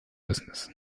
business